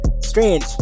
strange